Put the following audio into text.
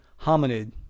hominid